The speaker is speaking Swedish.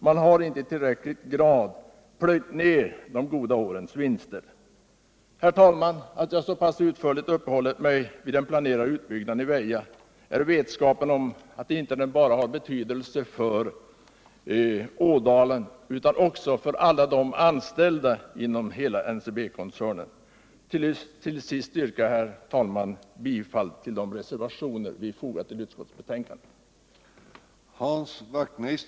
Man har inte i tillräcklig grad plöjt ner de goda årens vinster i företagen. Herr talman! Anledningen till att jag så pass utförligt uppehållit mig vid den planerade utbyggnaden i Väja är vetskapen om att den inte bara har betydelse för Ådalen utan också för alla anställda inom hela NCB koncernen. Till sist yrkar jag, herr talman, bifall till de reservationer vi fogat till utskottsbetänkandet.